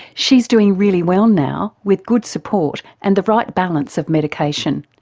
she's doing really well now, with good support and the right balance of medication.